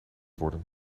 worden